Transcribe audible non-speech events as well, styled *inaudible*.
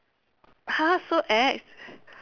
!huh! so ex *breath*